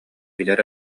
билэр